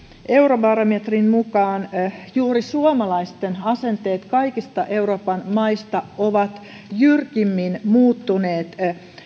eurobarometrin mukaan juuri suomalaisten asenteet kaikista euroopan maista ovat jyrkimmin muuttuneet